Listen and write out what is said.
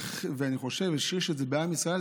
ואני חושב שהוא השריש את זה בעם ישראל,